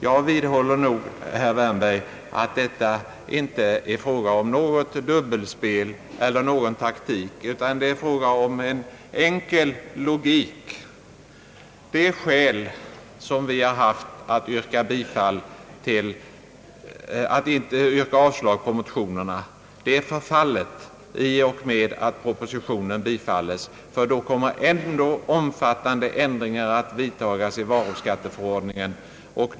Jag vidhåller, herr Wärnberg, att det här inte är fråga om något dubbelspel eller någon taktik, utan det är fråga om enkel logik, Det skäl som vi har haft att inte yrka avslag på motionerna har förfallit i och med att propositionen bifalles, ty då kommer ändå omfattande ändringar att vidtagas i varuskatteförordningen.